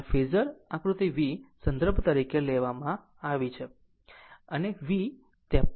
અને આ ફેઝર આકૃતિ V સંદર્ભ તરીકે લેવામાં આવે છે અને V 53